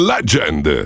Legend